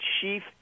chief